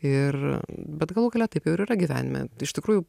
ir bet galų gale taip jau ir yra gyvenime iš tikrųjų